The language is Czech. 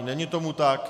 Není tomu tak.